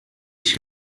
ich